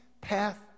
path